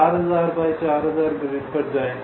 4000 by 4000 grid पर जाएं